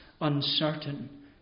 uncertain